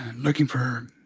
looking for um